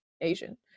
Asian